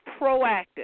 proactive